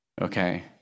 Okay